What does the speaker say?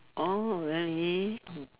oh really mm